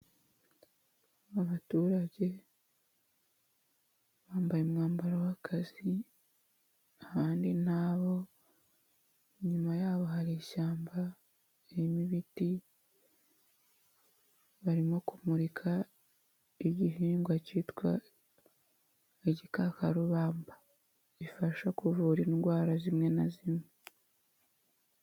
Abaturage bambaye umwambaro w'akazi ahandi nabo, inyuma yabo hari ishyamba ibiti barimo kumurika igihingwa cyitwa igikakarubamba, gifasha kuvura indwara zimwe na zimwe.